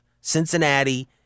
Cincinnati